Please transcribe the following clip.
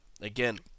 again